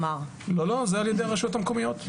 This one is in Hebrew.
לא, זה על ידי הרשויות המקומיות.